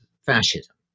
fascism